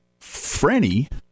Frenny